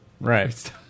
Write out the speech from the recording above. Right